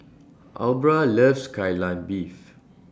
Aubra loves Kai Lan Beef